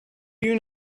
you